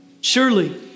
Surely